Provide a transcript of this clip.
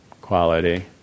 quality